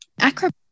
acrobat